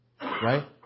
right